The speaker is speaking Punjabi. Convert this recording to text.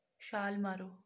ਛਾਲ ਮਾਰੋ